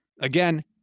Again